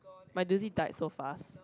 my died so fast